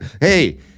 Hey